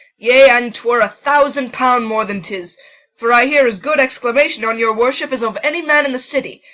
yea, an t were a thousand pound more than tis for i hear as good exclamation on your worship, as of any man in the city,